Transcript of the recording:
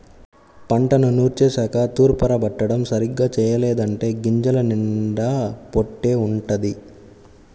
పంటను నూర్చేశాక తూర్పారబట్టడం సరిగ్గా చెయ్యలేదంటే గింజల నిండా పొట్టే వుంటది